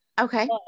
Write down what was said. okay